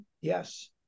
Yes